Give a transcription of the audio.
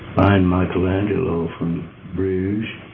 find michelangelo from bruges